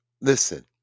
Listen